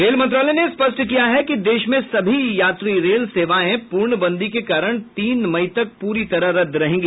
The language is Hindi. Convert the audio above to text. रेल मंत्रालय ने स्पष्ट किया है कि देश में सभी यात्री रेल सेवाएं पूर्णबंदी के कारण तीन मई तक प्री तरह रद्द रहेंगी